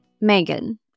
Megan